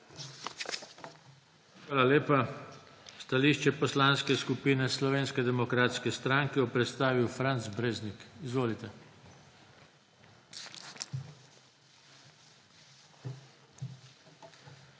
Hvala lepa. Stališče Poslanske skupine Slovenske demokratske stranke bo predstavil Franc Breznik. Izvolite.